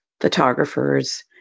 photographers